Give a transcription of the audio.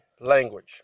language